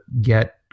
get